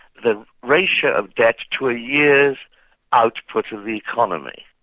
the ratio of debt to a year's output of the economy.